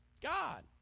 God